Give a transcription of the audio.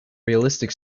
realistic